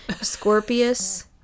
Scorpius